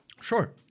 sure